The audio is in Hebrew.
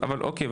אבל אוקי,